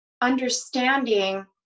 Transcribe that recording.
understanding